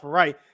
right